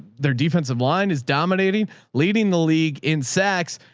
their defensive line is dominating leading the league in sacks.